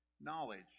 knowledge